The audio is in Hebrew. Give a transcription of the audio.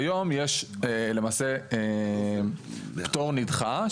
כיום, יש למעשה, פטור נדחה.